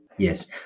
yes